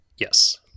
Yes